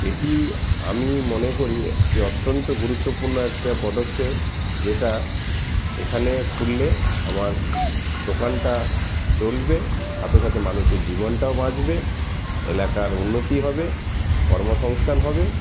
এটি আমি মনে করি যে অত্যন্ত গুরুত্বপূর্ণ একটা পদক্ষেপ যেটা এখানে খুললে আমার দোকানটা চলবে সাথে সাথে মানুষের জীবনটাও বাঁচবে এলাকার উন্নতি হবে কর্মসংস্থান হবে